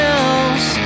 else